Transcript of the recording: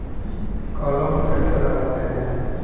कलम कैसे लगाते हैं?